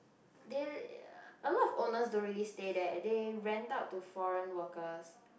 they a lot of owners don't really stay there they rent out to foreign workers